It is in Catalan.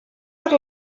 per